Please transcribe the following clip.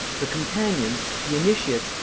the companions, the initiates,